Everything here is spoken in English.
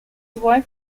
wife